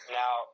now